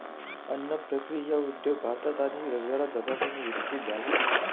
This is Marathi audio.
अन्न प्रक्रिया उद्योग भारतात आणि जगभरात झपाट्याने विकसित झाला आहे